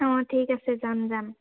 অঁ ঠিক আছে যাম যাম